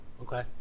Okay